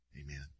amen